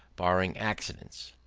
barring accidents.